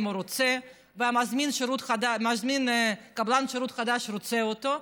אם הוא רוצה וקבלן השירות החדש רוצה אותו,